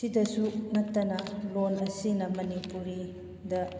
ꯃꯁꯤꯇꯁꯨ ꯅꯠꯇꯅ ꯂꯣꯟ ꯑꯁꯤꯅ ꯃꯅꯤꯄꯨꯔꯤꯗ